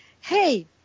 Hey